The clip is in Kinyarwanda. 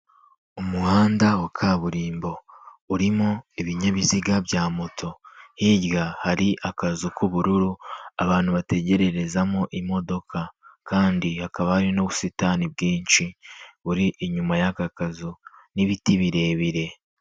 Umuhanda wa kaburimbo urimo ibinyabiziga bya moto, hirya hari akazu k'ubururu abantu bategererezamo imodoka kandi hakaba hari n'ubusitani bwinshi buri inyuma y'aka kazu n'ibiti birebire.